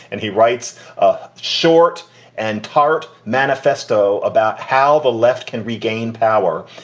and he writes ah short and tart manifesto about how the left can regain power.